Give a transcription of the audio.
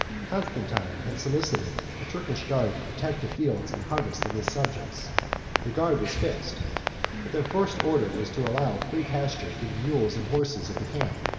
constantine had solicited a turkish guard to protect the fields and harvests of his subjects the guard was fixed but their first order was to allow free pasture to the mules and horses of the camp,